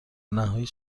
نهایی